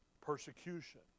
Persecution